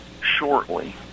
shortly